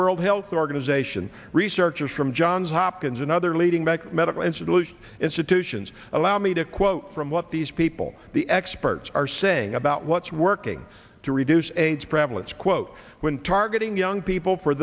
world health organization researchers from johns hopkins and other leading back medical institution institutions allow me to quote from what these people the experts are saying about what's working to reduce aids prevalence quote when targeting young people for